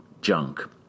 junk